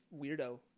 weirdo